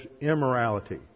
immorality